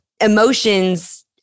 emotions